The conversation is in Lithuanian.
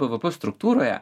bvp struktūroje